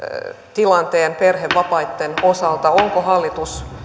tilanteen perhevapaitten osalta onko hallitus